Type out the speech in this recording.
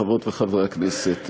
חברות וחברי הכנסת,